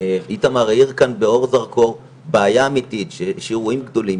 איתמר האיר כאן באור זרקור בעיה אמיתית של אירועים גדולים,